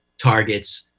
targets,